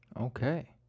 Okay